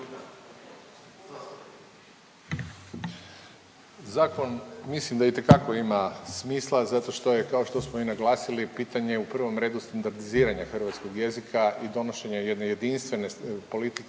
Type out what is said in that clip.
Zakon mislim da itekako ima smisla zato što je kao što smo i naglasili pitanje u prvom redu standardiziranja hrvatskog jezika i donošenja jedne jedinstvene politike